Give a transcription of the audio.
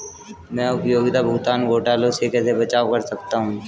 मैं उपयोगिता भुगतान घोटालों से कैसे बचाव कर सकता हूँ?